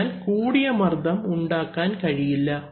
അതിനാൽ കൂടിയ മർദ്ദം ഉണ്ടാക്കാൻ കഴിയില്ല